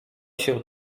się